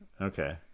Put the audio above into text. okay